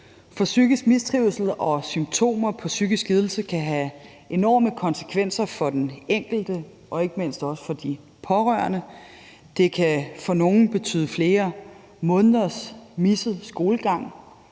psykisk mistrivsel og symptomer på psykisk lidelse kan have enorme konsekvenser for den enkelte og ikke mindst også for de pårørende. Det kan for nogle betyde flere måneders misset skolegang.